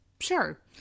Sure